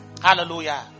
Hallelujah